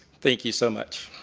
thank you so much.